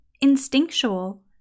instinctual